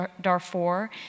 Darfur